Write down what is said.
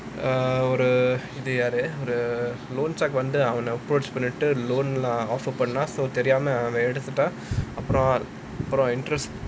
err ஒரு யாரு ஒரு:oru yaaru oru loanshark வந்துட்டு அவன:vanthutu avana approach பண்ணிட்டு:pannittu loan சும்மா தெரியாம எடுத்துட்டான் அப்புறம்:summa theriyaama eduthuttaan appuram interest